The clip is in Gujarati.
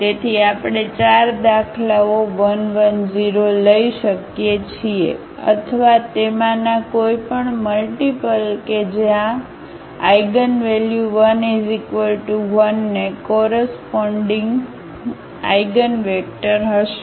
તેથી આપણે ચાર દાખલાઓ 1 1 0 લઈ શકીએ છીએ અથવા તેમાંના કોઈપણ મલ્ટીપલ કે જે આ આઇગનવેલ્યુ 1 1 ને કોરસપોન્ડીગ આઇગનવેક્ટર હશે